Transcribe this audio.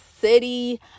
City